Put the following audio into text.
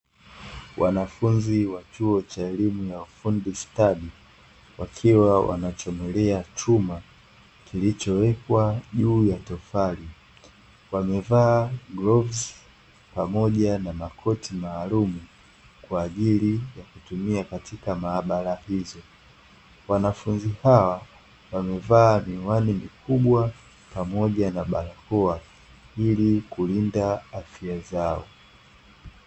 Wanafunzi wa chuo cha elimu ya ufundi stadi, wakiwa wanachomelea chuma kilichowekwa juu ya tofali. Wamevaa glavu pamoja na makoti maalumu kwa ajili ya kutumia katika maabara hizo. Wanafunzi hawa wamevaa miwani mikubwa pamoja na barakoa ili kulinda afya zao.